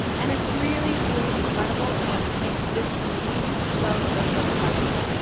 and it's really, really incredible. and what makes this community so, so, so special?